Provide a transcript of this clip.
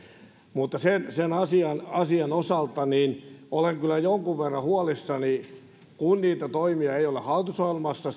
mutta sen sen asian asian osalta olen kyllä jonkun verran huolissani kun niitä toimia ei ole hallitusohjelmassa